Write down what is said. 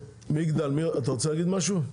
מטבריה, אתה רוצה להגיד משהו?